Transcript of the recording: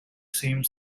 same